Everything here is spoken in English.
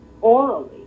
orally